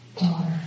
Daughter